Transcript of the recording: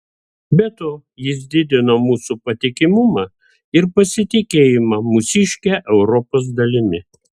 be to jis didino mūsų patikimumą ir pasitikėjimą mūsiške europos dalimi